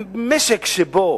משק שבו